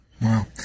Wow